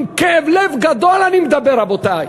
עם כאב לב גדול אני מדבר, רבותי.